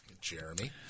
Jeremy